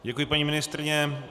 Děkuji, paní ministryně.